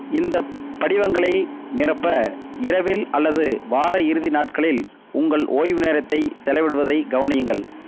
இந்த படிவங்களை நிரப்ப இரவில் அல்லது வார இறுதி நாட்களில் உங்கள் ஓய்வு நேரத்தை செலவிடுவதை கவனியுங்கள்